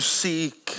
seek